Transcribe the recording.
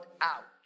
out